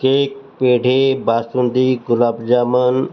cake पेढे बासुंदी गुलाबजामु न